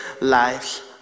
lives